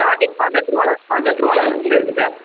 starting பன்னெண்டு ருபால பன்னெண்டு ருபால இருந்து இருக்குது சார்